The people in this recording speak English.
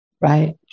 Right